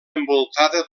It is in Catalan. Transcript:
envoltada